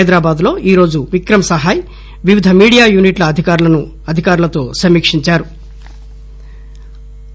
హైదరాబాద్ లో ఈరోజు విక్రమ్ సహాయ్ వివిధ మీడియా యూనిట్ల అధికారులతో సమీకించారు